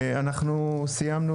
אז אנחנו סיימנו, נעלנו את הישיבה.